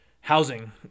housing